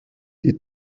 die